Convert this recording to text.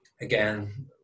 again